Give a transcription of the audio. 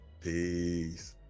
Peace